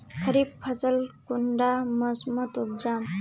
खरीफ फसल कुंडा मोसमोत उपजाम?